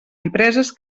empreses